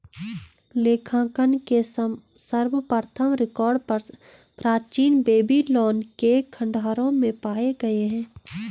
लेखांकन के सर्वप्रथम रिकॉर्ड प्राचीन बेबीलोन के खंडहरों में पाए गए हैं